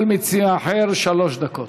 כל מציע אחר, שלוש דקות.